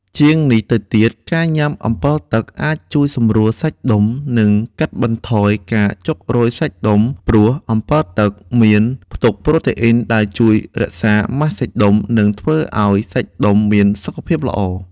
ជាងនេះទៅទៀត ការញុំាអម្ពិលទឹកអាចជួយសម្រួលសាច់ដុំ និងកាត់បន្ថយការចុករោយសាច់ដុំ ព្រោះអម្ពិលទឹកមានផ្ទុកប្រូតេអ៊ីនដែលជួយរក្សាម៉ាសសាច់ដុំ និងធ្វើឱ្យសាច់ដុំមានសុខភាពល្អ។